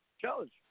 challenge